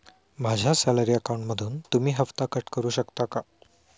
माझ्या सॅलरी अकाउंटमधून तुम्ही हफ्ता कट करू शकता का?